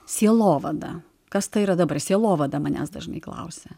sielovada kas tai yra dabar sielovada manęs dažnai klausia